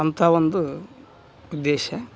ಅಂಥ ಒಂದು ಉದ್ದೇಶ